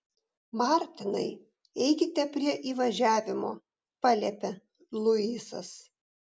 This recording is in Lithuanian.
martinai eikite prie įvažiavimo paliepia luisas